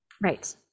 Right